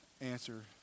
answer